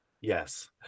Yes